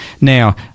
Now